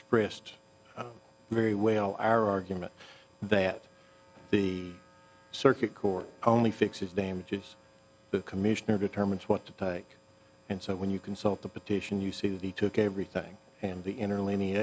expressed very well our argument that the circuit court only fixes damages the commissioner determines what to take and so when you consult the petition you see that he took everything and the inter